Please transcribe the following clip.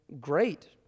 great